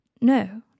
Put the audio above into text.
No